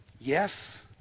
Yes